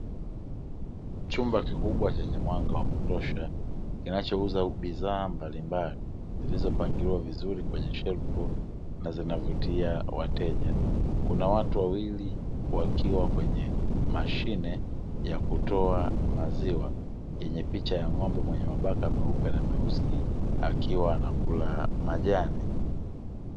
Chumba kikubwa chenye mwanga wa kutosha, kinachouza bidhaa mbalimbali, zilizopangiliwa vizuri kwenye shelfu na zinavutia wateja. Kuna watu wawili wakiwa kwenye mashine ya kutoa maziwa, yenye picha ya ng'ombe mwenye mabaka meupe na meusi, akiwa anakula majani.